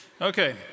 Okay